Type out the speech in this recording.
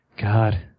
God